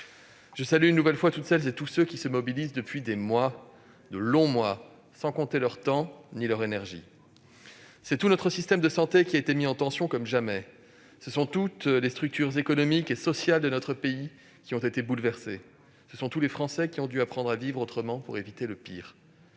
Je salue une nouvelle fois tous ceux qui se mobilisent depuis de longs mois, sans compter leur temps ni leur énergie. Tout notre système de santé a été mis en tension, comme jamais auparavant ; toutes les structures économiques et sociales de notre pays ont été bouleversées ; tous les Français ont dû apprendre à vivre autrement, pour éviter le pire.